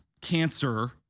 cancer